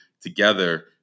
together